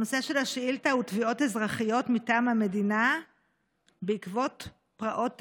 הנושא של השאילתה הוא תביעות אזרחיות מטעם המדינה בעקבות פרעות תשפ"א.